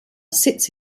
sits